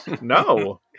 No